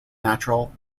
natural